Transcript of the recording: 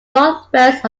northwest